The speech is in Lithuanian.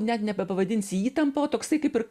net nebepavadinsi įtampa o toksai kaip ir